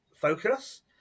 focus